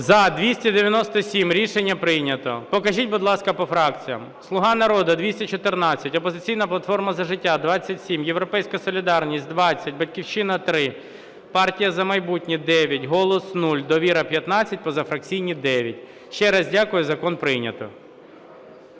За-297 Рішення прийнято. Покажіть, будь ласка, по фракціях. "Слуга народу" – 214, "Опозиційна платформа - За життя" – 27, "Європейська солідарність" – 20, "Батьківщина" – 3, "Партія "За майбутнє" – 9, "Голос" – 0, "Довіра" – 15, позафракційні – 9. Ще рад дякую, закон прийнято.